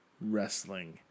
Wrestling